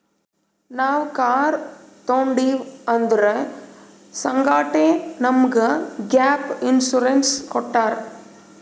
ನಾವ್ ಕಾರ್ ತೊಂಡಿವ್ ಅದುರ್ ಸಂಗಾಟೆ ನಮುಗ್ ಗ್ಯಾಪ್ ಇನ್ಸೂರೆನ್ಸ್ ಕೊಟ್ಟಾರ್